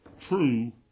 true